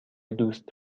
دوست